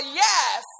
yes